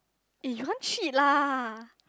eh you don't cheat lah